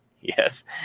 Yes